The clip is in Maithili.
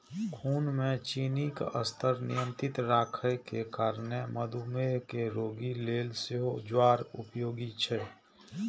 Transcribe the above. खून मे चीनीक स्तर नियंत्रित राखै के कारणें मधुमेह के रोगी लेल सेहो ज्वार उपयोगी छै